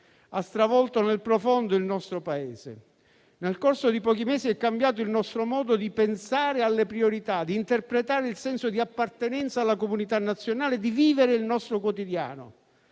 ha stravolto nel profondo il nostro Paese: nel corso di pochi mesi, è cambiato il nostro modo di pensare alle priorità, di interpretare il senso di appartenenza alla comunità nazionale e di vivere il nostro quotidiano.